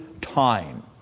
time